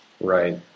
right